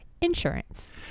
insurance